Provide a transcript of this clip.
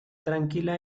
tranquila